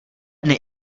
dny